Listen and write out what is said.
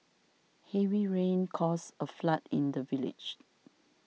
heavy rains caused a flood in the village